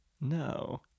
No